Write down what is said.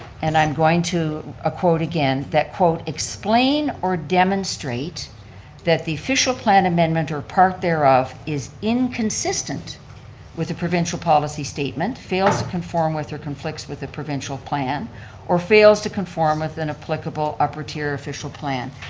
and i'm going to a quote again, that, quote, explain or demonstrate that the official plan amendment or part thereof is inconsistent with the provincial policy statement, fails to conform with or conflicts with the provincial plan or fails to conform with an applicable upper tier official plan.